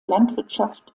landwirtschaft